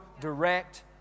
direct